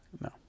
no